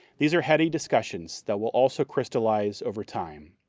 these are heady discussions that will also crystallize over time.